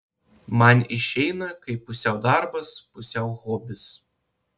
man išeina kaip pusiau darbas pusiau hobis